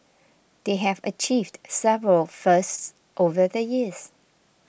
they have achieved several firsts over the years